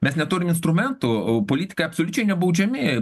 mes neturim instrumentų o politikai absoliučiai nebaudžiami